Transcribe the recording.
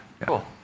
Cool